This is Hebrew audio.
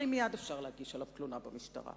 הרי מייד אפשר להגיש עליו תלונה במשטרה,